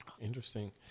interesting